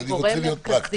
אבל אני רוצה להיות פרקטי.